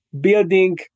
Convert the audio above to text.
building